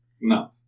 No